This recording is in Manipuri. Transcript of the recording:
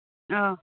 ꯑꯥ